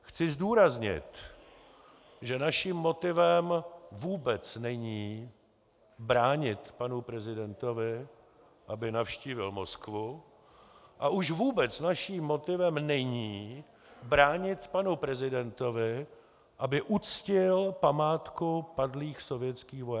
Chci zdůraznit, že naším motivem vůbec není bránit panu prezidentovi, aby navštívil Moskvu, a už vůbec naším motivem není bránit panu prezidentovi, aby uctil památku padlých sovětských vojáků.